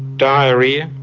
diarrhoea,